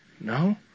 No